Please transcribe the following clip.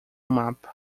mapa